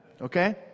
Okay